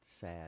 sad